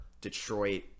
Detroit